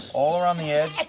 all around the edge,